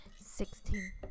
sixteen